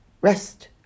Rest